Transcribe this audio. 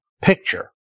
picture